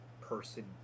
person